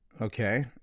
Okay